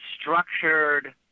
structured